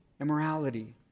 immorality